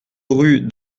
rue